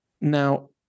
Now